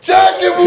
Jackie